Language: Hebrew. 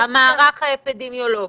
המערך האפידמיולוגי.